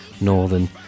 Northern